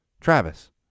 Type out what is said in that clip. Travis